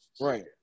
Right